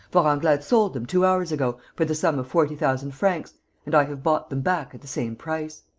vorenglade sold them, two hours ago, for the sum of forty thousand francs and i have bought them back at the same price.